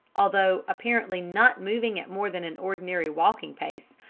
although apparently not moving at more than an ordinary walking pace,